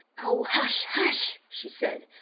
oh, hush! hush she said,